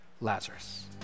Lazarus